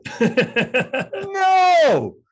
No